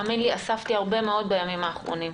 האמן לי, אספתי הרבה מאוד נושאים בימים האחרונים.